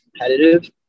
competitive